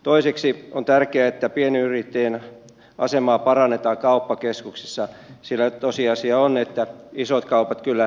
toiseksi on tärkeää että pienyrittäjien asemaa parannetaan kauppakeskuksissa sillä tosiasia on että isot kaupat kyllä pärjäävät